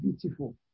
beautiful